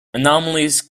anomalies